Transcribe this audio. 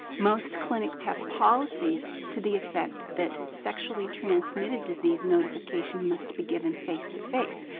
most clinics have policies to the effect that sexually transmitted disease notification must be given face to face.